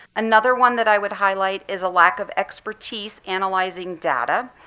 another one that i would highlight is a lack of expertise analyzing data.